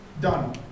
done